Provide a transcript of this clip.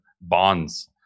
bonds